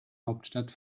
hauptstadt